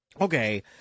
Okay